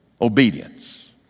obedience